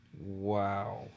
Wow